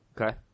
Okay